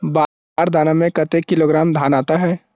बार दाना में कतेक किलोग्राम धान आता हे?